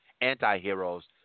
anti-heroes